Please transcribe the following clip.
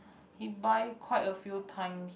he buy quite a few times